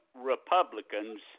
Republicans—